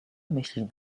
myślisz